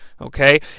okay